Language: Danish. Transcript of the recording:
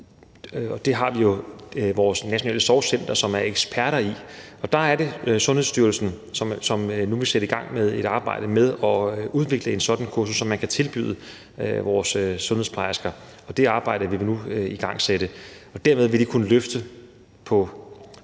sig. Der har vi jo Det Nationale Sorgcenter, som er ekspert i det. Der er det Sundhedsstyrelsen, som nu vil sætte et arbejde i gang med at udvikle et sådant kursus, som man kan tilbyde vores sundhedsplejersker. Og det arbejde vil vi nu igangsætte. Derved vil de på bedste vis